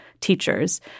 teachers